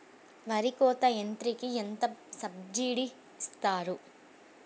వరి కోత యంత్రంకి ఎంత సబ్సిడీ ఇస్తారు?